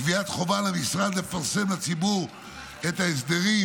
קביעת חובה על המשרד לפרסם לציבור את ההסדרים